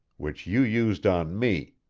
which you used on me.